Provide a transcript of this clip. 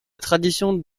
tradition